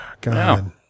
God